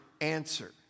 answer